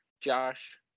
Josh